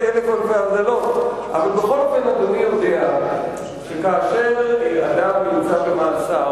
אבל בכל אופן אדוני יודע שכאשר אדם נמצא במאסר,